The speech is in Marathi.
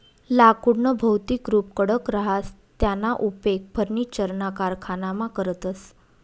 लाकुडनं भौतिक रुप कडक रहास त्याना उपेग फर्निचरना कारखानामा करतस